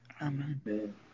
Amen